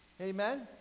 Amen